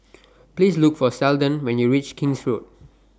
Please Look For Seldon when YOU REACH King's Road